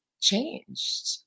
changed